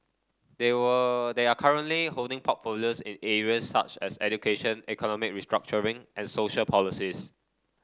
they were they are currently holding portfolios in areas such as education economic restructuring and social policies